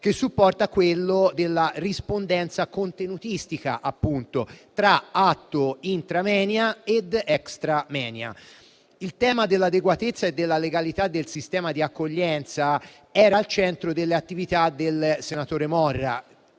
che supporta quello della rispondenza contenutistica, appunto, tra atto *intramoenia* ed *extramoenia*. Il tema dell'adeguatezza e della legalità del sistema di accoglienza era al centro delle attività del senatore Morra